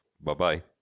Bye-bye